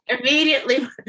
immediately